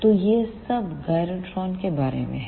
तो यह सब गायरोट्रॉन के बारे में है